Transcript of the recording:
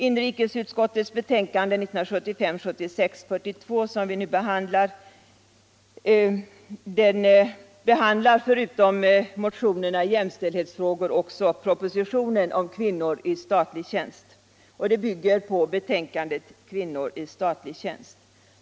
Inrikesutskottets betänkande 1975/76:42, som nu behandlas, tar förutom motionerna i jämställdhetsfrågor även upp propositionen om kvinnor i statlig tjänst, som bygger på betänkandet Kvinnor i statlig tjänst.